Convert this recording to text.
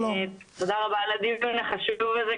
שלום, תודה רבה על הדיון החשוב הזה.